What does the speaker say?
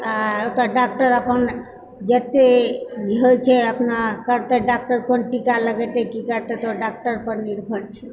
आ ओकर डाक्टर अपन जतय ई होइत छै अपना करतय डाक्टर कोन टीका लगेतै की करतय तऽ ओ डाक्टरपर निर्भर छै